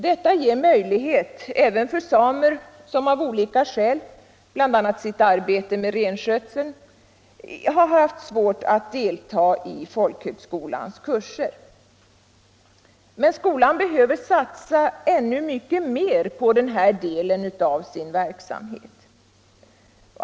Det ger studiemöjligheter även för samer som av olika skäl, bl.a. genom sitt arbete med renskötsel, har haft svårt att delta i folkhögskolans kurser. Men skolan behöver satsa ännu mycket mer på den här delen av sin verksamhet.